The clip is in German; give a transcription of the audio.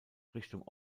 richtung